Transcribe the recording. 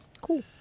Cool